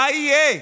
מה יהיה?